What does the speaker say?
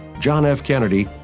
john f. kennedy,